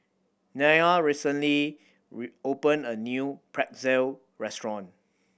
Nya recently opened a new Pretzel restaurant